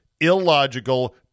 illogical